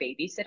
babysitter